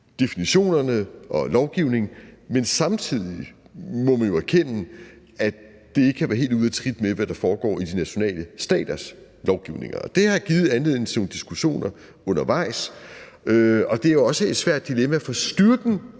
definitionerne og lovgivningen, men samtidig må man jo erkende, at det ikke kan være helt ude af trit med, hvad der foregår i det nationale staters lovgivninger. Det har givet anledning til nogle diskussioner undervejs, og det er også et svært dilemma, for styrken